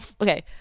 okay